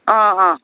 अँ अँ